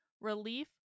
relief